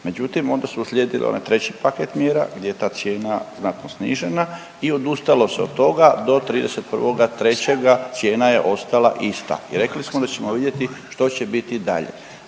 Međutim onda su uslijedile onaj treći paket mjera gdje je ta cijena znatno snižena i odustalo se od toga do 31.3. cijena je ostala ista i rekli smo da ćemo vidjeti što će biti dalje.